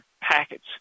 packets